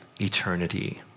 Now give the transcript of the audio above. eternity